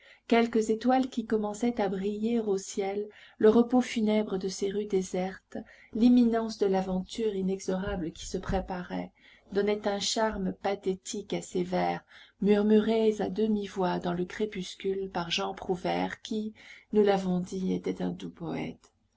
quelques étoiles qui commençaient à briller au ciel le repos funèbre de ces rues désertes l'imminence de l'aventure inexorable qui se préparait donnaient un charme pathétique à ces vers murmurés à demi-voix dans le crépuscule par jean prouvaire qui nous l'avons dit était un doux poète